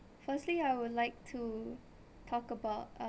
firstly I would like to talk about